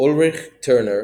Ullrich-Turner